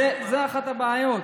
זו אחת הבעיות.